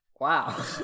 Wow